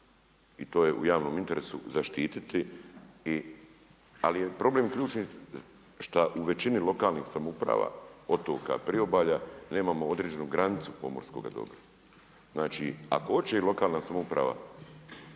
I to je u javnom interesu zaštiti ali je problem ključni šta u većini lokalnih samouprava, otoka, priobalja nemamo određenu granicu pomorskoga dobra. Znači ako i hoće lokalna samouprava